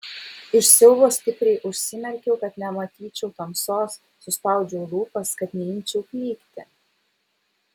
iš siaubo stipriai užsimerkiau kad nematyčiau tamsos suspaudžiau lūpas kad neimčiau klykti